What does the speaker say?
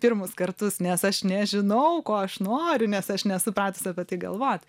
pirmus kartus nes aš nežinau ko aš noriu nes aš nesu pratusi apie tai galvot